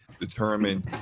determine